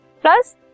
plus